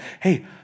hey